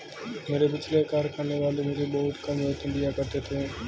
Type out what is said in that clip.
मेरे पिछले कारखाने वाले मुझे बहुत कम वेतन दिया करते थे